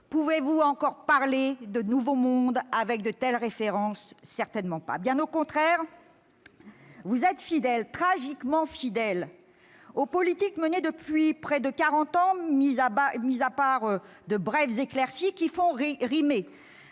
Pouvez-vous encore parler de « nouveau monde » avec de telles références ? Certainement pas. Bien au contraire, vous êtes fidèle- tragiquement fidèle -aux politiques menées depuis près de quarante ans, hormis de brèves éclaircies, qui font rimer